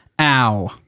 ow